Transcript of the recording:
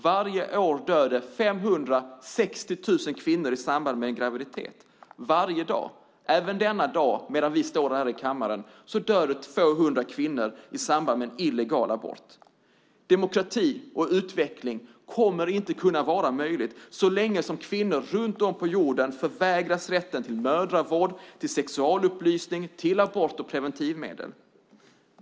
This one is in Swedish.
Varje år dör 560 000 kvinnor i samband med en graviditet. Varje dag, och även denna dag medan vi står här i kammaren, dör 200 kvinnor i samband med en illegal abort. Demokrati och utveckling kommer inte att kunna vara möjligt så länge som kvinnor runt om på jorden förvägras rätten till mödravård, sexualupplysning, abort och preventivmedel.